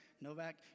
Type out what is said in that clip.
Novak